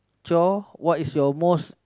chore what is your most